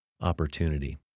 opportunity